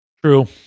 True